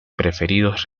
preferidos